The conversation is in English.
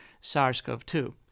SARS-CoV-2